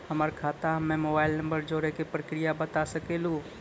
हमर खाता हम्मे मोबाइल नंबर जोड़े के प्रक्रिया बता सकें लू?